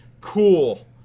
cool